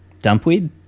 Dumpweed